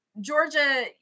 Georgia